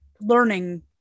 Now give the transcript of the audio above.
learning